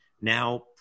Now